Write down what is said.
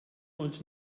und